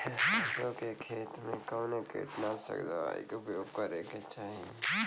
सरसों के खेत में कवने कीटनाशक दवाई क उपयोग करे के चाही?